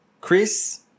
Chris